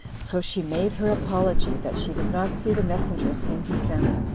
so she made her apology, that she did not see the messengers whom he sent.